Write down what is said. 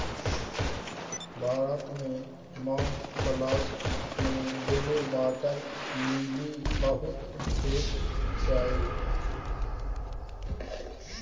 भारत मे माउंट कैलाश मे blue water lily बहुत भेटै छै